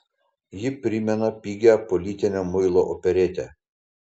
ji primena pigią politinę muilo operetę